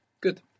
Good